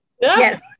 Yes